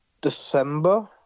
December